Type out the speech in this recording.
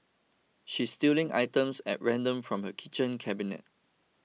she's stealing items at random from her kitchen cabinet